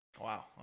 Wow